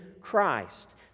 Christ